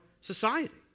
society